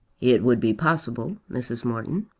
it would be possible, mrs. morton.